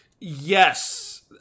Yes